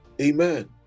Amen